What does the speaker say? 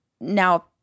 now